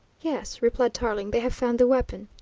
yes, replied tarling, they have found the weapon.